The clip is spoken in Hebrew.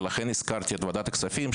ולכן הזכרתי את ועדת הכספים,